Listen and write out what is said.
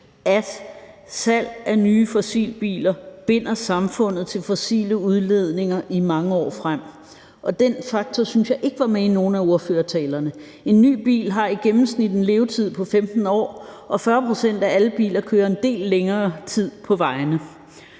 at salget af nye fossilbiler binder samfundet til fossile udledninger i mange år frem. Den faktor synes jeg ikke var med i nogen af ordførertalerne. En ny bil har i gennemsnit en levetid på 15 år, og 40 pct. af alle biler kører en del længere tid på vejene.